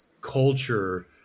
culture